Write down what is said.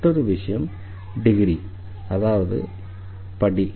மற்றொரு விஷயம் டிகிரி அதாவது 'படி'